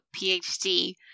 PhD